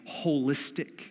holistic